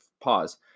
pause